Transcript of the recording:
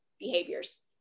behaviors